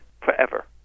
forever